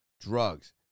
drugs